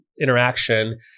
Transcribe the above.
interaction